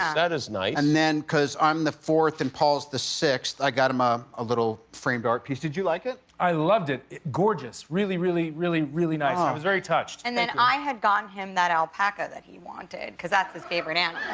that is nice. and then cause i'm the fourth and paul is the sixth, i got him um a little framed art piece. did you like it? i loved it. gorgeous. really, really, really, really nice. i was very touched. and then i had gotten him that alpaca that he wanted, because that's his favorite animal.